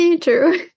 True